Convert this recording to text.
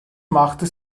machte